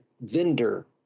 vendor